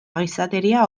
gizateria